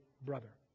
brother